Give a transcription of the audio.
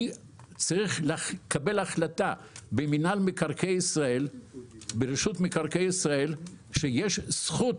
צריך לקבל החלטה במינהל מקרקעי ישראל שיש זכות,